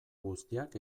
guztiak